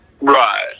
right